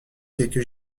quelque